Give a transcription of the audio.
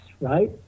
right